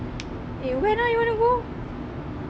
eh when ah you wanna go